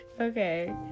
Okay